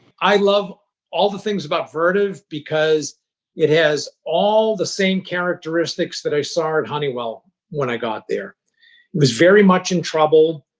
i love all the things about vertiv because it has all the same characteristics that i saw in honeywell when i got there. it was very much in trouble